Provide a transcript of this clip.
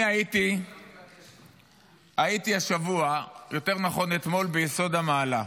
אני הייתי השבוע, יותר נכון אתמול, ביסוד המעלה.